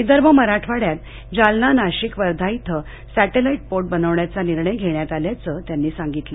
विदर्भ मराठवाङ्यात जालना नाशिक वर्धा इथं satellite port बनवण्याचा निर्णय घेण्यात आल्याच त्यांनी सांगितलं